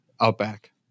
outback